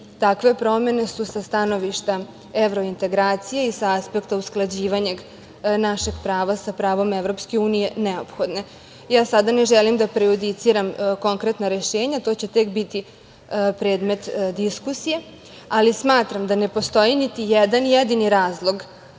takve promene su sa stanovišta evrointegracija i sa aspekta usklađivanja našeg prava sa pravom Evropske unije neophodne. Ja sada ne želim da prejudiciram konkretna rešenja, to će tek biti predmet diskusije, ali smatram da ne postoji niti jedan jedini razlog